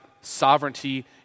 sovereignty